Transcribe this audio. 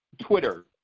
Twitter